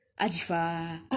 Ajifa